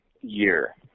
year